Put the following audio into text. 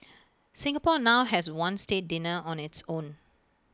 Singapore now has one state dinner on its own